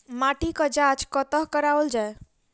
माटिक जाँच कतह कराओल जाए?